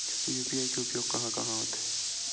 UPI के उपयोग कहां कहा होथे?